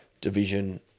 Division